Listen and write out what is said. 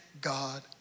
God